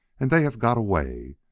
and they have got away.